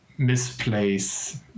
misplace